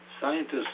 Scientists